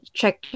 check